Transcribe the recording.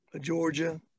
Georgia